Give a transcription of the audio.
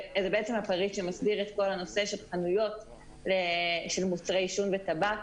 זה בעצם הפריט שמסדיר את כל הנושא של חנויות למוצרי עישון וטבק.